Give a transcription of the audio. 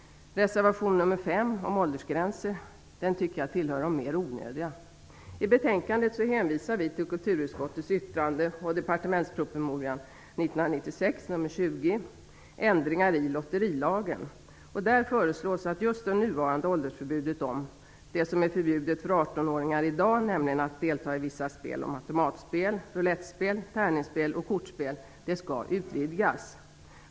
Reservation nr 5 om åldersgränser tycker jag tillhör de mer onödiga. I betänkandet hänvisar vi till kulturutskottets yttrande och till departementspromemorian Ds 1996:20 Ändringar i lotterilagen. Där föreslås att det nuvarande åldersförbudet, innebärande att det för den som är under 18 år är förbjudet att delta i vissa spel, som automatspel, roulettspel, tärningsspel och kortspel, skall utvidgas.